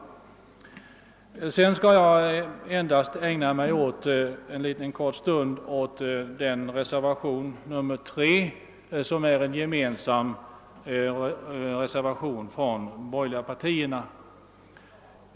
Jag skall härefter närmast under en kort stund ägna mig åt den för de borgerliga partierna gemensamma reservationen 3.